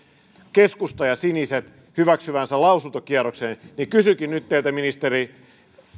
keskusta ja siniset hyväksyvänsä lausuntokierroksen niin kysynkin nyt teiltä ministeri